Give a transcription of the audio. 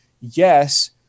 yes